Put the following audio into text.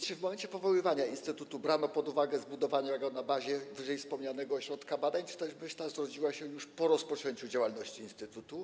Czy w momencie powoływania instytutu brano pod uwagę zbudowanie go na bazie wyżej wspomnianego ośrodka badań, czy ta myśl zrodziła się już po rozpoczęciu działalności instytutu?